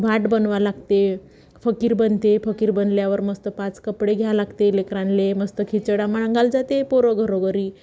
भाट बनवा लागते फकीर बनते फकीर बनल्यावर मस्त पाच कपडे घ्या लागते लेकरांले मस्त खिचडा मागायला जाते पोरं घरोघरी